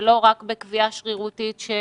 ולא רק בקביעה שרירותית של